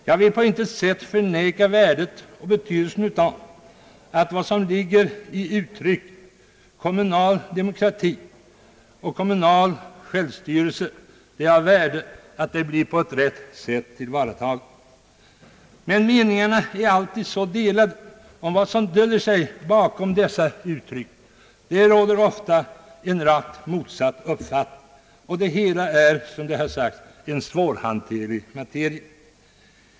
Jag vill på intet sätt förneka värdet och betydelsen av att vad som ligger i begreppen kommunal demokrati och självstyrelse på ett rätt sätt tillvaratas. Men meningarna är alltid så delade om vad som döljer sig bakom dessa uttryck. Där råder ofta rakt motsatta uppfattningar, och det hela är en svårhanterlig materia.